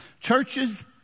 Churches